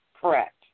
Correct